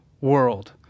world